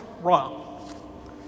wrong